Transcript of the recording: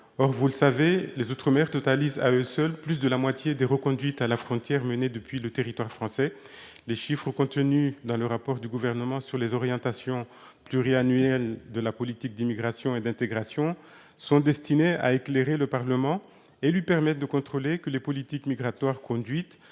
Or, vous le savez, les outre-mer totalisent à eux seuls plus de la moitié des reconduites à la frontière menées depuis le territoire français. Les chiffres contenus dans le rapport du Gouvernement sur les orientations pluriannuelles de la politique d'immigration et d'intégration sont destinés à éclairer le Parlement et à lui permettre de contrôler que les politiques migratoires conduites